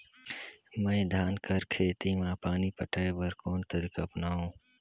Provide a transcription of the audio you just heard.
मैं धान कर खेती म पानी पटाय बर कोन तरीका अपनावो?